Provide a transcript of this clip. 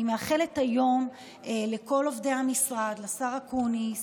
אני מאחלת היום לכל עובדי המשרד, לשר אקוניס